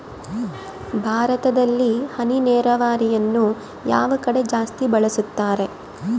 ಭಾರತದಲ್ಲಿ ಹನಿ ನೇರಾವರಿಯನ್ನು ಯಾವ ಕಡೆ ಜಾಸ್ತಿ ಬಳಸುತ್ತಾರೆ?